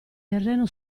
terreno